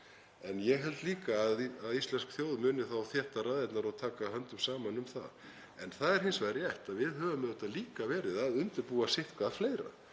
En ég held líka að íslensk þjóð muni þá þétta raðirnar og taka höndum saman um það. Það er hins vegar rétt að við höfum auðvitað líka verið að undirbúa sitthvað fleira.